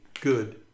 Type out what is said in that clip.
good